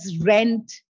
rent